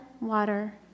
water